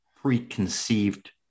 preconceived